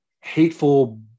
hateful